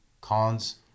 Cons